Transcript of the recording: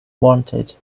wanted